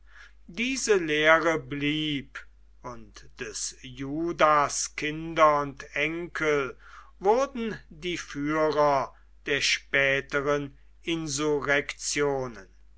diese lehre blieb und des judas kinder und enkel wurden die führer der späteren